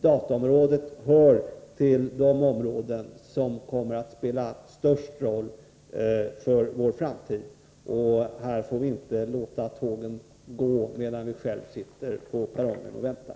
Dataområdet kommer nämligen att vara ett av de viktigaste områdena i framtiden. Vi får inte låta tågen gå medan vi själva sitter på perrongen och väntar.